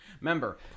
Remember